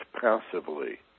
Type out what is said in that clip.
passively